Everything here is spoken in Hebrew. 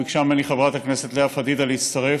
ביקשה ממני לאה פדידה להצטרף,